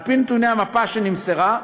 על-פי נתוני המפה שנמסרה,